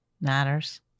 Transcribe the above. matters